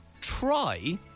try